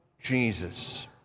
Jesus